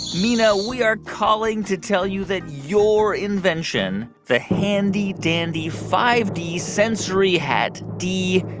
mina, we are calling to tell you that your invention, the handy-dandy five d sensory hat d,